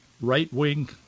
right-wing